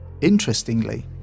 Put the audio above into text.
Interestingly